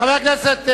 חבר הכנסת אורלב,